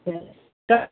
भेल तऽ